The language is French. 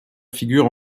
figure